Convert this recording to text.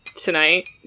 tonight